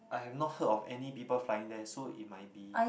I have not heard of any people flying there so it might be